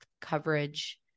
coverage –